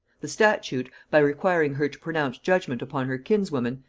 the statute, by requiring her to pronounce judgement upon her kinswoman,